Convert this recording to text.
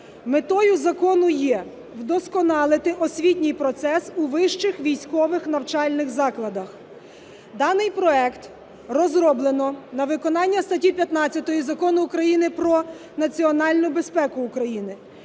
Метою закону є вдосконалити освітній процес у вищих військових навчальних закладах. Даний проект розроблено на виконання статті 15 Закону України "Про національну безпеку України".